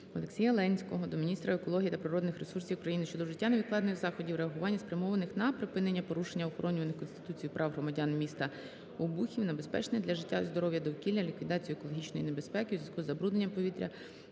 Олексія Ленського до міністра екології та природних ресурсів України щодо вжиття невідкладних заходів реагування, спрямованих на припинення порушення охоронюваних Конституцією прав громадян міста Обухів на безпечне для життя і здоров'я довкілля, ліквідацію екологічної небезпеки у зв'язку із забрудненням повітря